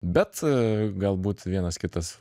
bet galbūt vienas kitas